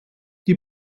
die